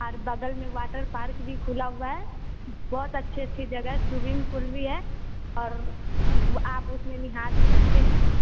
और बगल में वाटर पार्क भी खुला हुआ है बहुत अच्छी अच्छी जगह स्विमिंग पूल भी है और एक आप उसमें नहा भी सकते हैं